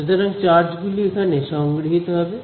সুতরাং চার্জ গুলি এখানে সংগৃহীত হবে